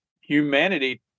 humanity